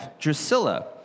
Drusilla